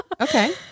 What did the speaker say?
Okay